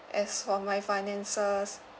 as for my finances